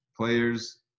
players